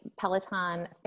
peloton